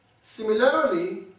Similarly